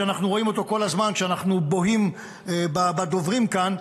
שאנחנו רואים אותו כל הזמן כשאנחנו בוהים בדוברים כאן,